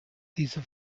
diese